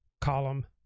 column